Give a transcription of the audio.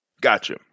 Gotcha